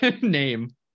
name